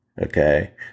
Okay